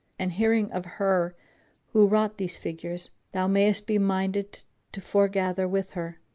and hearing of her who wrought these figures, thou mayest be minded to fore gather with her.